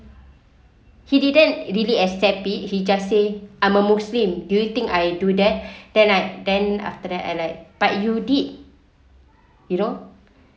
he didn't really accept it he just say I'm a muslim do you think I do that then I then after that I like but you did you know